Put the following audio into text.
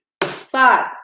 Five